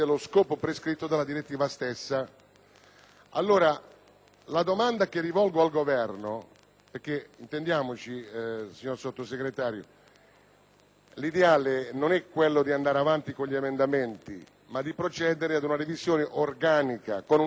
l'ideale non è quello di andare avanti con gli emendamenti, ma di procedere ad una revisione organica con una legge, e siccome ci sono già diversi disegni di legge depositati sia alla Camera che al Senato, ci saremmo aspettati un'idea complessiva,